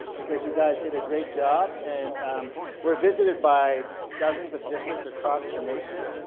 because you guys did a great job, and we're visited by dozens of districts across the nation,